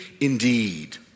indeed